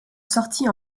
sortie